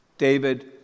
David